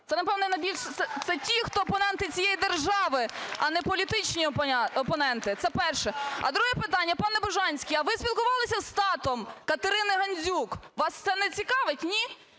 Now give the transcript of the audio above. це ті, хто опоненти цієї держави, а не політичні опоненти. Це перше. А друге питання. Пане Бужанський, а ви спілкувалися з татом Катерини Гандзюк, вас це не цікавить, ні?